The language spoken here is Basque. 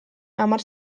hamar